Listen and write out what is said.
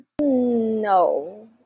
No